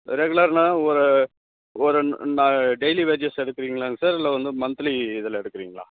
ரெகுலருனா ஒரு ஒரு நான் டெய்லி வேஜஸ் எடுக்குறீங்களாங்க சார் இல்லை வந்து மந்த்லி இதில் எடுக்குறீங்களா